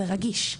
זה רגיש,